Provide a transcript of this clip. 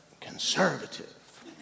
conservative